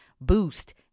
boost